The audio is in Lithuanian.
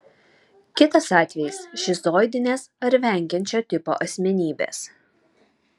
kitas atvejis šizoidinės ar vengiančio tipo asmenybės